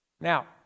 now